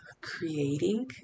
creating